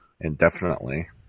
indefinitely